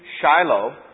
Shiloh